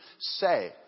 say